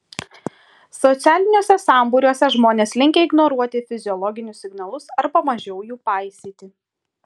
socialiniuose sambūriuose žmonės linkę ignoruoti fiziologinius signalus arba mažiau jų paisyti